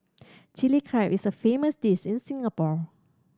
Chilli Crab is a famous dish in Singapore